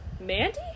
Mandy